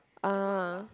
uh